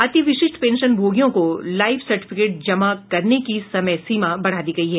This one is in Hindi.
अतिविशिष्ट पेंशन भोगियों को लाइफ सर्टिफिकेट जमा करने की समयसीमा बढ़ा दी गयी है